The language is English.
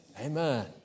Amen